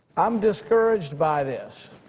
i'm discouraged by this.